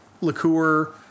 liqueur